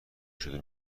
شده